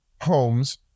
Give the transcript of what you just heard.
homes